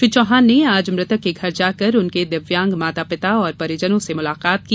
श्री चौहान ने आज मृतक के घर जाकर उनके दिव्यांग माता पिता और परिजनों से मुलाकात की